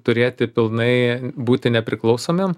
turėti pilnai būti nepriklausomiem